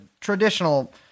traditional